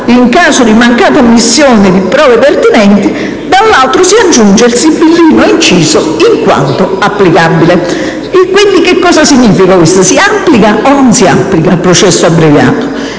in caso di mancata ammissione di prove pertinenti, dall'altro si aggiunge il sibillino inciso «in quanto applicabile». Dunque, si applica o non si applica il processo abbreviato?